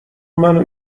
منو